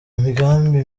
migambi